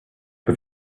but